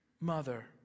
Mother